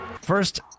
First